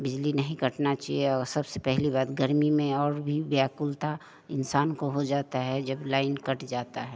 बिजली नहीं कटना चाहिए और सबसे पहली बात गर्मी में और भी व्याकुलता इंसान को हो जाता है जब लाइन कट जाता है